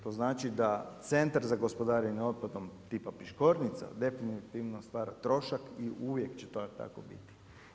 To znači da Centar za gospodarenje otpadom tipa Piškornica definitivno stvara trošak i uvijek će to tako biti.